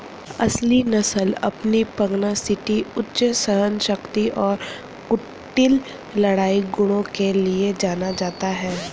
असील नस्ल अपनी पगनासिटी उच्च सहनशक्ति और कुटिल लड़ाई गुणों के लिए जाना जाता है